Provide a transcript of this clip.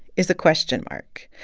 is a question mark.